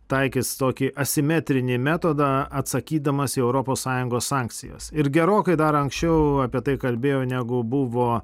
taikys tokį asimetrinį metodą atsakydamas į europos sąjungos sankcijas ir gerokai dar anksčiau apie tai kalbėjo negu buvo